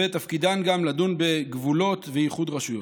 ותפקידן גם לדון בגבולות ואיחוד רשויות.